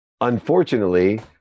unfortunately